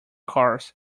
cars